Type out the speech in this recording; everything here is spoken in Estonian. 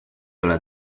ole